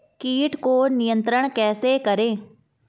कीट को नियंत्रण कैसे करें?